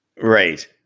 Right